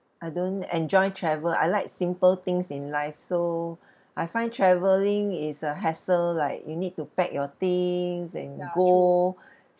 I don't enjoy travel I like simple things in life so I find travelling is a hassle like you need to pack your things and go